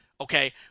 Okay